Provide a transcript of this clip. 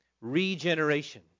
Regeneration